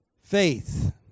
Faith